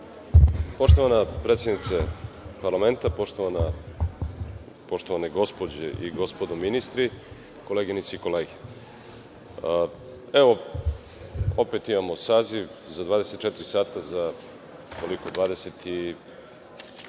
Poštovana predsednice parlamenta, poštovane gospođe i gospodo ministri, koleginice i kolege, evo, opet imamo saziv za 24 sata, sa 27.